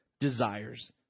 desires